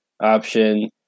option